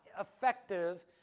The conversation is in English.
effective